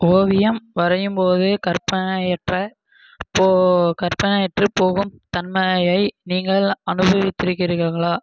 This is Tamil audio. ஓவியம் வரையும்போது கற்பனையற்ற கற்பனையற்று போகும் தன்மையை நீங்கள் அனுபவித்திருக்கிறீர்கள்களா